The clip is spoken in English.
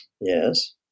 Yes